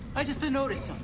i just noticed